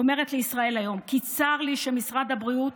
אמרה לישראל היום 'צר לי שמשרד הבריאות